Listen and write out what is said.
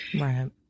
Right